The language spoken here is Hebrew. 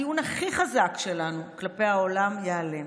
הטיעון הכי חזק שלנו כלפי העולם ייעלם,